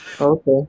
Okay